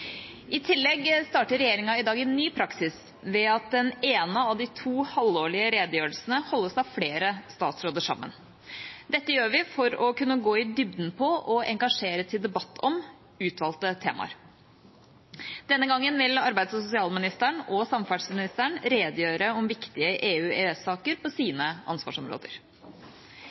I tillegg starter regjeringa i dag en ny praksis ved at den ene av de to halvårlige redegjørelsene holdes av flere statsråder sammen. Dette gjør vi for å kunne gå i dybden på og engasjere til debatt om utvalgte temaer. Denne gangen vil arbeids- og sosialministeren og samferdselsministeren redegjøre om viktige EU/EØS-saker på sine ansvarsområder.